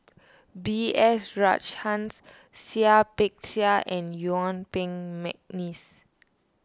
B S Rajhans Seah Peck Seah and Yuen Peng McNeice